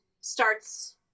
starts